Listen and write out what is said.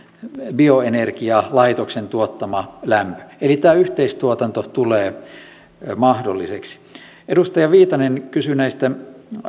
bioenergialaitoksen tuottama lämpö eli tämä yhteistuotanto tulee mahdolliseksi edustaja viitanen kysyi näistä